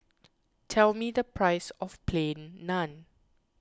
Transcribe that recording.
tell me the price of Plain Naan